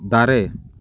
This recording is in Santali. ᱫᱟᱨᱮ